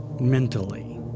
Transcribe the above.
mentally